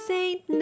Saint